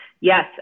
Yes